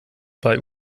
bei